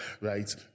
right